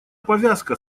повязка